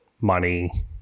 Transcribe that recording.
money